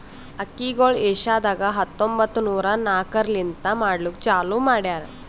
ಅಕ್ಕಿಗೊಳ್ ಏಷ್ಯಾದಾಗ್ ಹತ್ತೊಂಬತ್ತು ನೂರಾ ನಾಕರ್ಲಿಂತ್ ಮಾಡ್ಲುಕ್ ಚಾಲೂ ಮಾಡ್ಯಾರ್